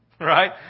Right